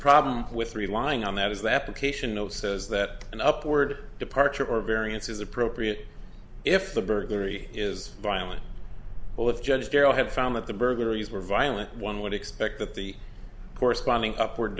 problem with relying on that is the application no says that an upward departure or variance is appropriate if the burglary is violent well the judge carol have found that the burglaries were violent one would expect that the corresponding upward